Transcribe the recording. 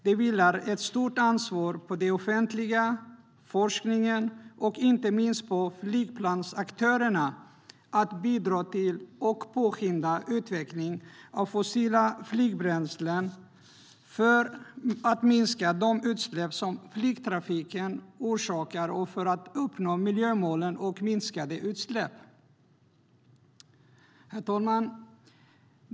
Det vilar ett stort ansvar på det offentliga, forskningen och inte minst på flygplansaktörerna att bidra till och påskynda utvecklingen av fossilfria flygbränslen för att minska de utsläpp som flygtrafiken orsakar och för att uppnå miljömålen om minskade utsläpp. Herr talman!